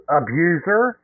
abuser